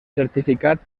certificat